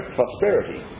prosperity